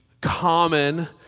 common